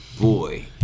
boy